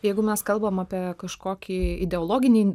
jeigu mes kalbam apie kažkokį ideologinį